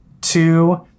two